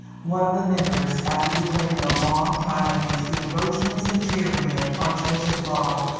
one of the members, after declaiming a long time against the encroachments and tyranny of archbishop laud,